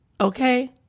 Okay